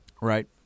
Right